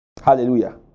Hallelujah